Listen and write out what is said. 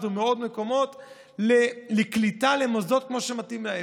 ומעוד מקומות לקליטה למוסדות כמו שמתאים להם.